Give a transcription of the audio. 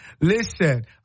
Listen